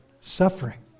Suffering